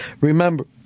Remember